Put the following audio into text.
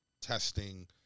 testing